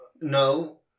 No